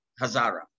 Hazara